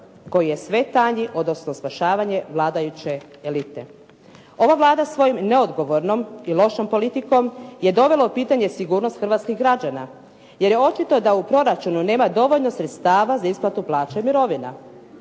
koji je sve tanji odnosno spašavanje vladajuće elite. Ova Vlada svojom neodgovornom i lošom politikom je dovela u pitanje sigurnost hrvatskih građana jer je očito da u proračunu nema dovoljno sredstava za isplatu plaća i mirovina.